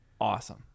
awesome